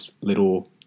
little